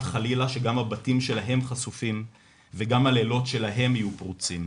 חלילה שגם הבתים שלהם חשופים וגם הלילות שלהם יהיו פרוצים,